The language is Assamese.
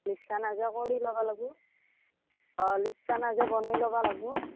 লিষ্টখান আগে কৰি ল'বা লাগবো অঁ লিষ্টখান আগে বনাই ল'বা লাগবো